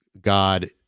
God